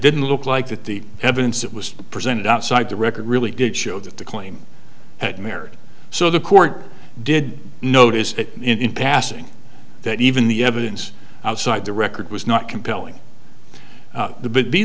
didn't look like that the evidence that was presented outside the record really did show that the claim had merit so the court did notice it in passing that even the evidence outside the record was not compelling the b